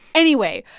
anyway,